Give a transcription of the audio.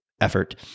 effort